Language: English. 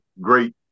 great